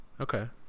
Okay